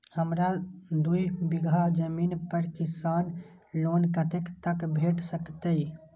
हमरा दूय बीगहा जमीन पर किसान लोन कतेक तक भेट सकतै?